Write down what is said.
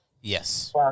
Yes